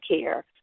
care